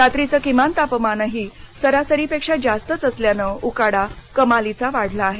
रात्रीचं किमान तापमानही सरासरीपेक्षा जास्तच असल्यानं उकाडा कमालीचा वाढला आहे